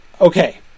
okay